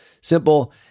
simple